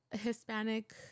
Hispanic